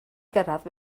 gyrraedd